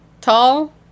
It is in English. Tall